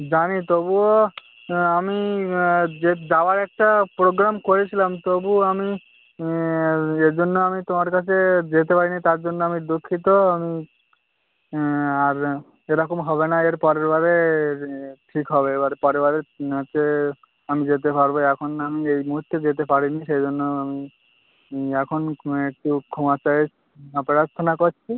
জানি তবুও আমি যে যাওয়ার একটা প্রোগ্রাম করেছিলাম তবুও আমি যে জন্য আমি তোমার কাছে যেতে পারি নি তার জন্য আমি দুঃখিত আর এরকম হবে না এর পরের বারে এ ঠিক হবে এবার পরের বারে নাকে আমি যেতে পারবো এখন আমি এই মুহুর্তে যেতে পারি নি সেই জন্য আমি এখন খু একটু ক্ষমা চাই প্রার্থনা করছি